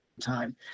time